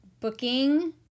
booking